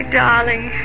darling